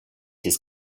his